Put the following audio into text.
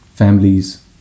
families